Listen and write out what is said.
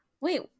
wait